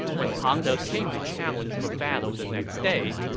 when pang de came to challenge for battle the next day,